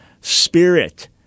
Spirit